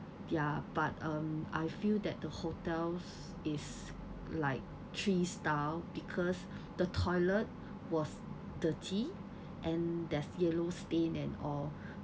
ya but um I feel that the hotel's is like three star because the toilet was dirty and there's yellow stain and all